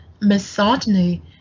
misogyny